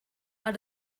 are